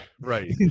Right